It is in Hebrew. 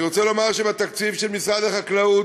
אני רוצה לומר שבתקציב של משרד החקלאות,